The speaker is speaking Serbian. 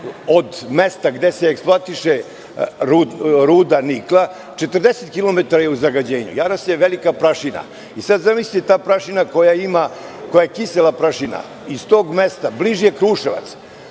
od mesta gde se eksploatiše ruda nikla, 40 kilometara je u zagađenju, javlja se velika prašina, i sad zamislite ta prašina koja je kisela prašina iz tog mesta, bliže Kruševac